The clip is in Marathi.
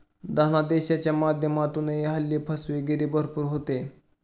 धनादेशाच्या माध्यमातूनही हल्ली फसवेगिरी भरपूर होते